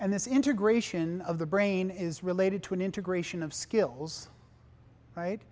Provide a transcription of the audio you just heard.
and this integration of the brain is related to an integration of skills right